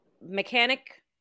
mechanic